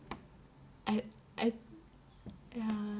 I I ya